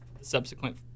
subsequent